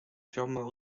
drummer